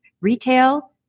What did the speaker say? retail